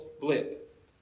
blip